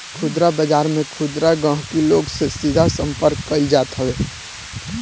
खुदरा बाजार में खुदरा गहकी लोग से सीधा संपर्क कईल जात हवे